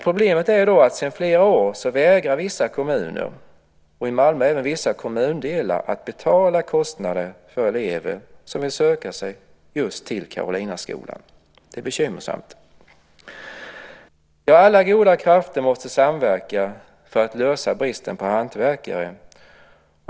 Problemet är att sedan flera år vägrar vissa kommuner - och i Malmö även vissa kommundelar - att betala kostnaden för elever som vill söka sig just till Karolinaskolan. Det är bekymmersamt. Alla goda krafter måste samverka för att lösa problemet med bristen på hantverkare.